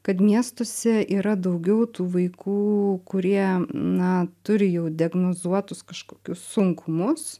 kad miestuose yra daugiau tų vaikų kurie na turi jau diagnozuotus kažkokius sunkumus